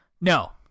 No